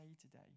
today